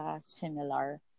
similar